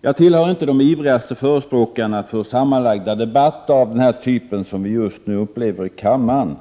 Jag tillhör inte de ivrigaste förespråkarna för sammanlagda debatter av den typ som vi just nu upplever i kammaren.